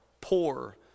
poor